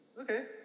Okay